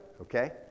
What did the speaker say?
okay